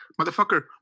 motherfucker